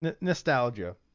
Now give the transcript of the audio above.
nostalgia